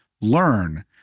learn